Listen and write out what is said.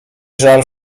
żal